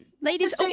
Ladies